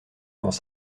dans